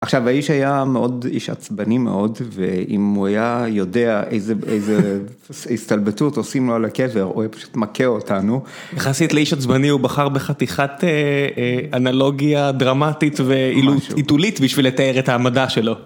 עכשיו האיש היה מאוד, איש עצבני מאוד ואם הוא היה, יודע, איזו איזו הסתלבטות עושים לו על הקבר, הוא היה פשוט מכה אותנו. יחסית לאיש עצבני הוא בחר בחתיכת.. אה אה.. אנלוגיה דרמטית, משהו, והיתולית בשביל לתאר את המדע שלו.